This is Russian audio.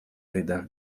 рядах